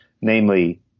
namely